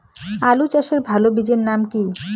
আলু চাষের ভালো বীজের নাম কি?